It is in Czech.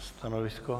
Stanovisko?